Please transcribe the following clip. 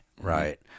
right